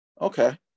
Okay